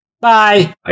Bye